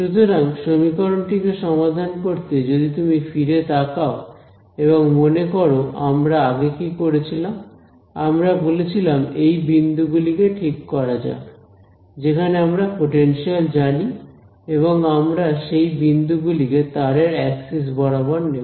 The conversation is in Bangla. সুতরাং সমীকরণ টিকে সমাধান করতে যদি তুমি ফিরে তাকাও এবং মনে করো আমরা আগে কি করেছিলাম আমরা বলেছিলাম এই বিন্দুগুলি কে ঠিক করা যাক যেখানে আমরা পোটেনশিয়াল জানি এবং আমরা সেই বিন্দুগুলি কে তারের এক্সিস বরাবর নেব